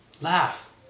Laugh